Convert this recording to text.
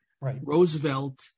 Roosevelt